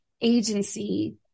agency